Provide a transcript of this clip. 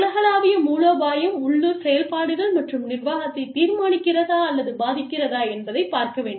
உலகளாவிய மூலோபாயம் உள்ளூர் செயல்பாடுகள் மற்றும் நிர்வாகத்தைத் தீர்மானிக்கிறதா அல்லது பாதிக்கிறதா என்பதைப் பார்க்க வேண்டும்